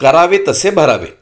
करावे तसे भरावे